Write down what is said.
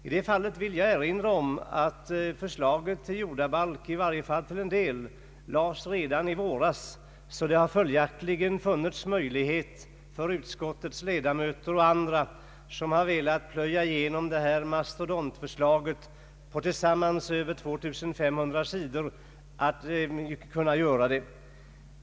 I det fallet vill jag erinra om att förslaget till jordabalk, i varje fall till en del, lades fram redan i våras, och det har följaktligen funnits goda möjligheter för utskottets ledamöter och andra som har velat plöja igenom detta mastodontförslag på tillsammans över 2 500 sidor att göra det.